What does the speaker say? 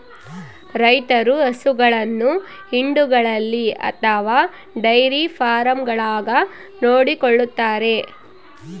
ರೈತರು ಹಸುಗಳನ್ನು ಹಿಂಡುಗಳಲ್ಲಿ ಅಥವಾ ಡೈರಿ ಫಾರ್ಮ್ಗಳಾಗ ನೋಡಿಕೊಳ್ಳುತ್ತಾರೆ